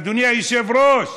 אדוני היושב-ראש,